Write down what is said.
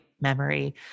memory